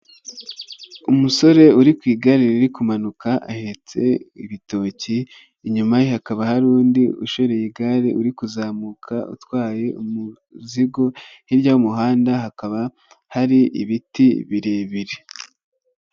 Umusore uri ku igare riri kumanuka, ahetse ibitoki, inyuma hakaba hari undi ushoreye igare uri kuzamuka utwaye umuzigo, hirya y'umuhanda hakaba hari ibiti birebire.